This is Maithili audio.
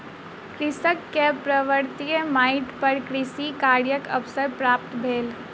कृषक के पर्वतीय माइट पर कृषि कार्यक अवसर प्राप्त भेल